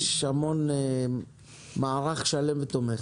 יש מערך שלם ותומך.